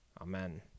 Amen